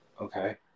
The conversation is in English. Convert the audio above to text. okay